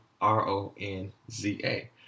R-O-N-Z-A